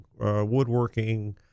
woodworking